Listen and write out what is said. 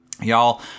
Y'all